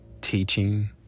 teaching